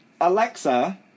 Alexa